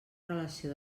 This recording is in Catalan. relació